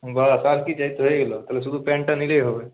বা আর কি চাই এইতো হয়ে গেল শুধু প্যান্টটা নিলেই হবে